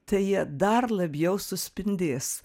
tai jie dar labiau suspindės